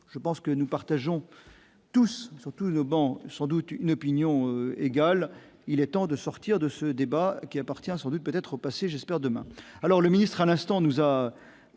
je pense que nous partageons tous, surtout le banc sans doute une opinion égal il est temps de sortir de ce débat qui appartient sans doute peut-être passé j'espère demain